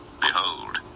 Behold